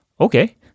okay